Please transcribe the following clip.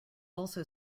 also